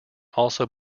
also